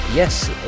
Yes